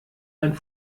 ein